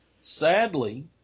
sadly